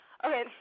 Okay